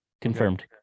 confirmed